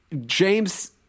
James